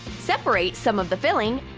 separate some of the filling.